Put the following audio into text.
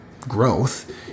growth